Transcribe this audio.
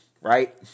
right